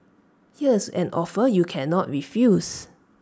here's an offer you cannot refuse